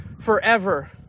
forever